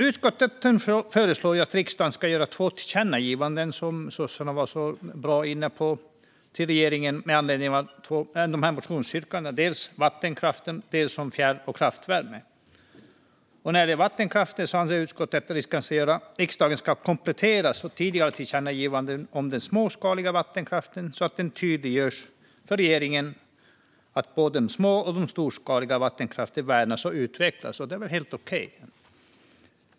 Utskottet föreslår att riksdagen ska göra två tillkännagivanden till regeringen med anledning av två motionsyrkanden, dels om vattenkraft, dels om fjärr och kraftvärme. När det gäller vattenkraften anser utskottet att riksdagen ska komplettera ett tidigare tillkännagivande om den småskaliga vattenkraften, så att det tydliggörs för regeringen att både den små och den storskaliga vattenkraften ska värnas och utvecklas. Det är väl helt okej.